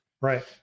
Right